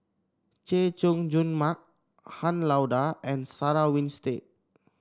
Chay Jung Jun Mark Han Lao Da and Sarah Winstedt